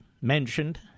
mentioned